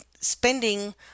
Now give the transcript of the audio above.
spending